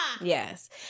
Yes